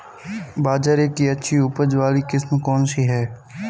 बाजरे की अच्छी उपज वाली किस्म कौनसी है?